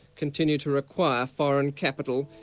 continue to require foreign capital,